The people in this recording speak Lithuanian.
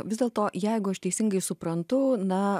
vis dėlto jeigu aš teisingai suprantu na